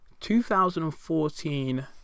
2014